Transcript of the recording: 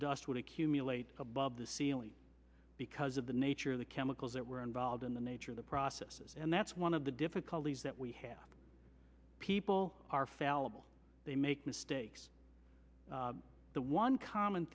dust would accumulate above the ceiling because of the nature of the chemicals that were involved in the nature of the processes and that's one of the difficulties that we have people are fallible they make mistakes the one common